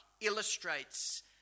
illustrates